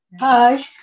Hi